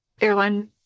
airline